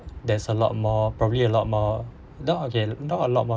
there's a lot more probably a lot more not okay not a lot more